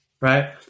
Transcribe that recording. Right